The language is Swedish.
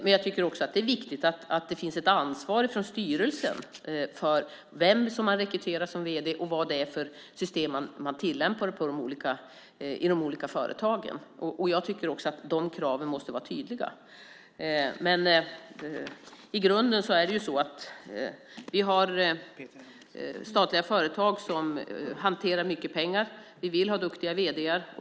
Men det är också viktigt att det finns ett ansvar från styrelsen för vem som man rekryterar som vd och vad det är för system som man tillämpar i de olika företagen. Jag tycker också att de kraven måste vara tydliga. I grunden har vi statliga företag som hanterar mycket pengar. Vi vill ha duktiga vd:ar.